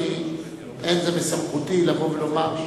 לא מסמכותי לבוא ולומר,